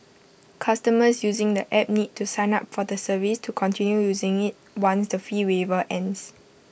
customers using the app need to sign up for the service to continue using IT once the fee waiver ends